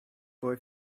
boy